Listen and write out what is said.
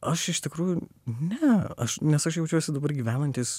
aš iš tikrųjų ne aš nes aš jaučiuosi dabar gyvenantis